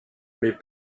mais